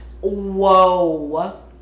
Whoa